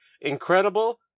incredible